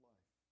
Life